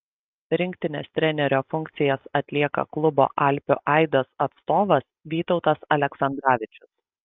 rinktinės trenerio funkcijas atlieka klubo alpių aidas atstovas vytautas aleksandravičius